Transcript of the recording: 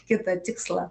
kitą tikslą